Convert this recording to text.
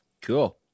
cool